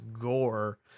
gore